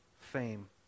fame